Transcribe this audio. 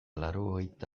laurogeita